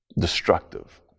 destructive